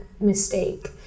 mistake